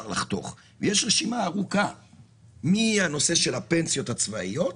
לחתוך - מהנושא של הפנסיות הצבאיות,